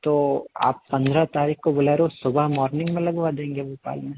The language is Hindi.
तो आप पंद्रह तारीख को बोलेरो सुबह मॉर्निंग में लगवा देंगे भोपाल में